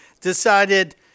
decided